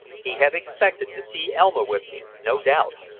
he had expected to see elma with me, no doubt,